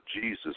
Jesus